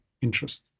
interest